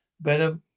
better